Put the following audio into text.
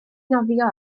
nofio